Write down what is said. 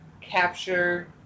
capture